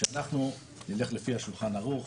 שאנחנו נלך לפי השולחן ערוך,